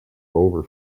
over